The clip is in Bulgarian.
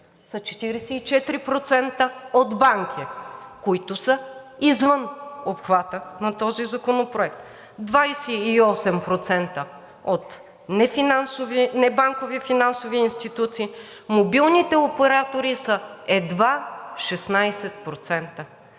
…са 44% от банки, които са извън обхвата на този законопроект, 28% от небанкови финансови институции. Мобилните оператори са едва 16%.